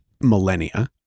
millennia